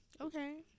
Okay